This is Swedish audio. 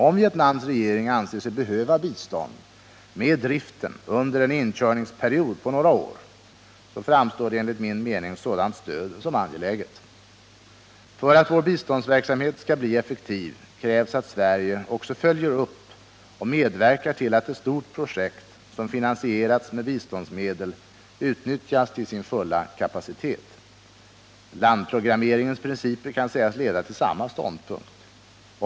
Om Vietnams regering anser sig behöva bistånd med driften under en inkörningsperiod på några år framstår enligt min mening sådant stöd som angeläget. För att vår biståndsverksamhet skall bli effektiv krävs att Sverige också följer upp och medverkar till att ett stort projekt som finansierats med biståndsmedel utnyttjas till sin fulla kapacitet. Landprogrammeringens principer kan sägas leda till samma ståndpunkt.